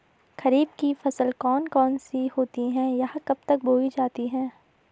खरीफ की फसल कौन कौन सी होती हैं यह कब बोई जाती हैं?